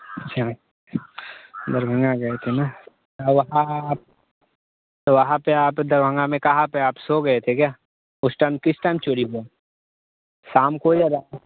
अच्छा दरभंगा गए थे ना अब आप तो वहाॅं पे आप दरभंगा में कहाँ पे आप सो गए थे क्या उस टाइम किस टाइम चोरी हुआ शाम को या रात